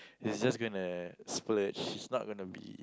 he's just gonna splurge it's not gonna be